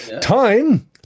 time